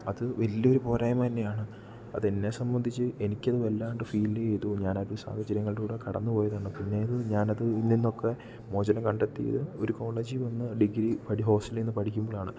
അത് വലിയ ഒരു പോരായ്മ തന്നെയാണ് അത് തന്നെ സംബന്ധിച്ചു എനിക്ക് അത് വല്ലാതെ ഫീൽ ചെയ്തു ഞാൻ അതേ സാഹചര്യങ്ങളിലൂടെ കടന്നു പോയതാണ് പിന്നേ അത് ഞാൻ അത് ഇന്ന ഇന്നൊക്കെ മോചനം കണ്ടെത്തിയത് ഒരു കോളേജിൽ വന്നു ഡിഗ്രി ഹോസ്റ്റലിൽ നിന്ന് പഠിക്കുമ്പോഴാണ്